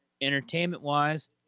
Entertainment-wise